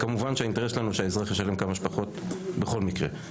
והאינטרס שלנו הוא שהאזרח ישלם כמה שפחות בכל מקרה.